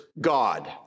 God